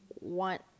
want